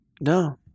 No